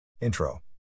Intro